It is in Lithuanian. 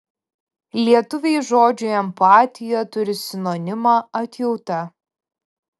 lietuviai žodžiui empatija turi sinonimą atjauta